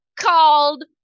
called